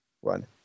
one